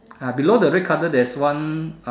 ah below the red color there's one